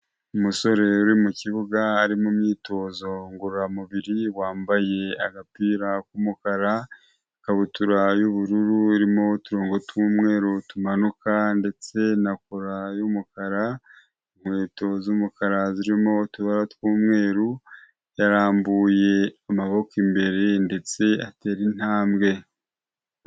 Umusore uri mu kibuga ari mu myitozo ngororamubiri, wambaye agapira k'umukara, ikabutura y'ubururu irimo uturongo tw'umweru tumanuka ndetse na kora y'umukara, inkweto z'umukara zirimo utubara tw'umweru, yarambuye amaboko imbere ndetse atera intambwe.